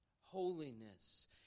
holiness